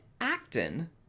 actin